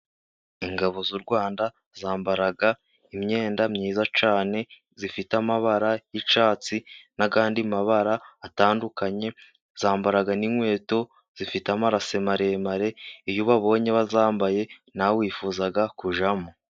Ingabo z'u Rwanda zambara imyenda myiza cyane ifite amabara y'icyatsi n'ayandi mabara atandukanye, zambara n'inkweto zifite amarase maremare, iyo ubabonye bayambaye, nawe wifuzaga kujyamo.